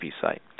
site